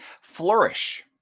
flourish